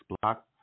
block